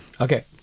Okay